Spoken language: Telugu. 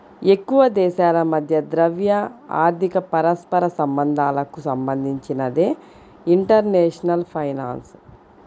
ఎక్కువదేశాల మధ్య ద్రవ్య, ఆర్థిక పరస్పర సంబంధాలకు సంబంధించినదే ఇంటర్నేషనల్ ఫైనాన్స్